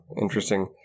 interesting